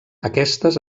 aquestes